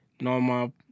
normal